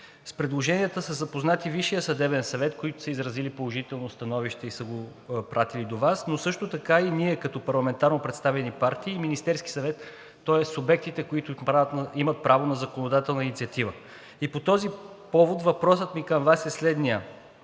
С предложенията са запознати Висшият съдебен съвет, които са изразили положително становище и са го изпратили до Вас, но също така и ние като парламентарно представени партии, Министерският съвет, тоест субектите, които имат право на законодателна инициатива. По този повод въпросът ми към Вас е следният: